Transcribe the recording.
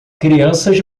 crianças